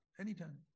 anytime